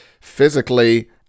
physically